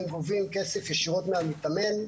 הם גובים כסף ישירות מהמתאמן.